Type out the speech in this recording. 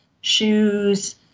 shoes